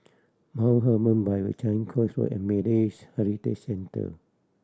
Mount Hermon Bible Changi Coast Road and Malays Heritage Centre